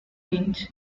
winch